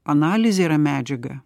analizė yra medžiaga